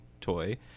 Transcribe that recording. toy